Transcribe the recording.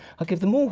i'd give them